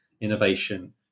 innovation